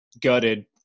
gutted